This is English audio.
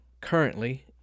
currently